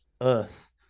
earth